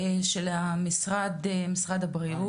אולי באמת לנושא של הכיסוי הביטוחי בתקופת הביניים.